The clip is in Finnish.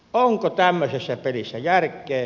onko tämmöisessä pelissä järkeä